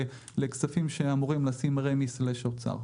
לכספים שאמורים לשים רמ"י/אוצר.